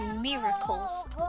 miracles